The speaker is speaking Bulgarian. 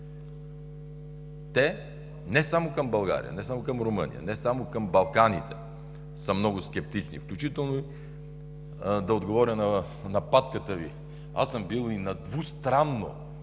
те не само към България, не само към Румъния, не само към Балканите са много скептични. Включително, за да отговоря на нападката Ви, аз съм бил и на двустранно